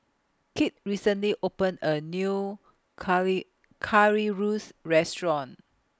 Kit recently opened A New Curry Currywurst Restaurant